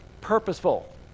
purposeful